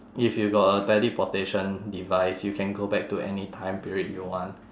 if you got a teleportation device you can go back to any time period you want